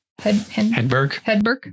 Hedberg